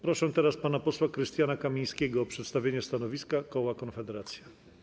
Proszę pana posła Krystiana Kamińskiego o przedstawienie stanowiska koła Konfederacja.